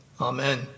Amen